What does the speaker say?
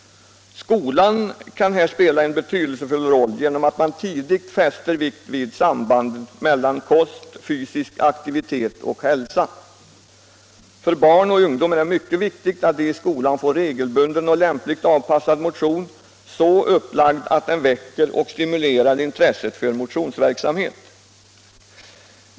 Skolan kan här spela en betydelsefull roll genom att man tidigt fäster vikt vid sambandet mellan kost, fysisk aktivitet och hälsa. För barn och ungdom är det mycket viktigt att de i skolan får regelbunden och lämpligt avpassad motion, så upplagd att den väcker och stimulerar intresset för motionsverksamhet.